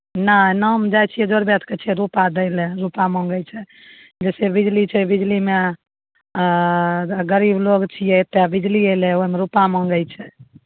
नहि नाम जाइ छियै जोरबै तऽ कहै छै रूपा दैलए रूपा मंगै छै जैसे बिजली छै बिजलीमे आं त गरीब लोग छियै तऽ बिजली अयलै ओहिमे रूपा मंगै छै